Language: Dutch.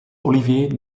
olivier